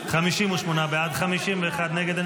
58 בעד, 51 נגד.